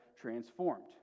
transformed